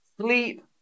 sleep